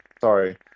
Sorry